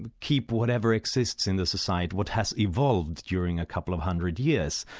but keep whatever exists in the society, what has evolved during a couple of hundred years,